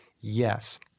yes –